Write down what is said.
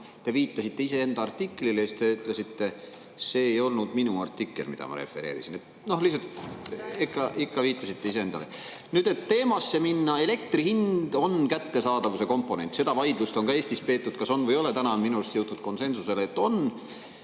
te viitasite iseenda artiklile. Te ütlesite: "See ei olnud minu artikkel, mida ma refereerisin." Lihtsalt, ikka viitasite iseendale. Nüüd, et teemasse minna: elektri hind on kättesaadavuse komponent. Seda vaidlust on ka Eestis peetud, kas on või ei ole. Minu arust on jõutud konsensusele, et on.